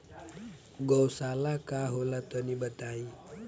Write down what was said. गौवशाला का होला तनी बताई?